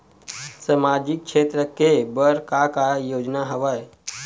सामाजिक क्षेत्र के बर का का योजना हवय?